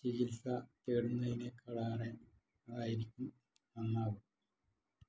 ചികിത്സ തേടുന്നതിനെക്കാളേറെ ആയിരിക്കും നന്നാവുക